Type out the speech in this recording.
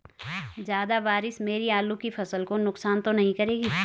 ज़्यादा बारिश मेरी आलू की फसल को नुकसान तो नहीं करेगी?